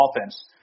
offense